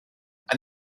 and